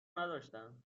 نداشتم